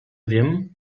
wiem